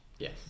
Yes